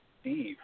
Steve